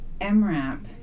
MRAP